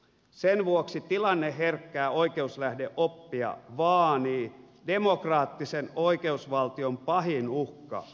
sen vuoksi tilanneherkkää oikeuslähdeoppia vaanii demokraattisen oikeusvaltion pahin uhka mielivalta